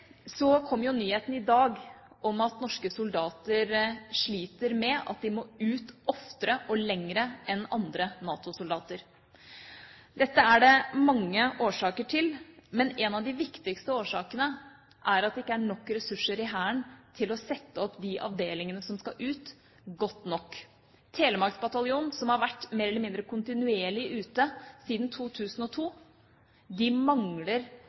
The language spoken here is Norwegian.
nyheten i dag om at norske soldater sliter med at de må ut oftere og for lengre perioder enn andre NATO-soldater. Dette er det mange årsaker til, men en av de viktigste årsakene er at det ikke er nok ressurser i Hæren til å sette opp de avdelingene som skal ut, godt nok. Telemark bataljon, som har vært mer eller mindre kontinuerlig ute siden 2002, mangler